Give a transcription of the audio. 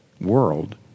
World